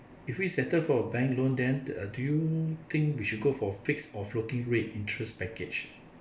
if we settled for a bank loan then uh do you think we should go for fixed or floating rate interest package